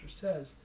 says